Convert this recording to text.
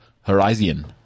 Horizon